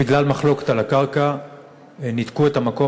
בגלל מחלוקת על הקרקע ניתקו את המקום